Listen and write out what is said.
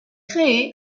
créée